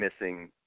Missing